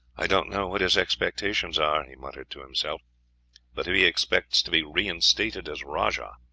i don't know what his expectations are, he muttered to himself but if he expects to be reinstated as rajah,